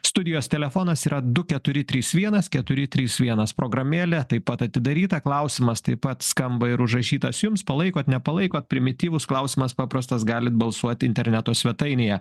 studijos telefonas yra du keturi trys vienas keturi trys vienas programėlė taip pat atidaryta klausimas taip pat skamba ir užrašytas jums palaikot nepalaikot primityvus klausimas paprastas galit balsuot interneto svetainėje